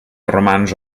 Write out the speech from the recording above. romans